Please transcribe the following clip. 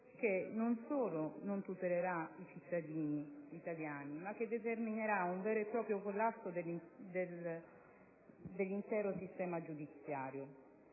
che non solo non tutelerà i cittadini italiani, ma determinerà un vero e proprio collasso dell'intero sistema giudiziario.